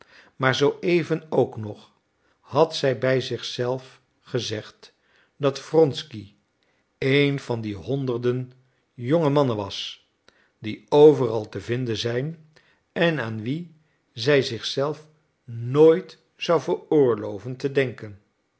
maar zoo even ook nog had zij bij zich zelf gezegd dat wronsky een van die honderden jonge mannen was die overal te vinden zijn en aan wie zij zich zelf nooit zou veroorlooven te denken en